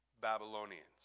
Babylonians